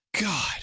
God